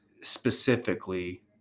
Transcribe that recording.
specifically